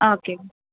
okay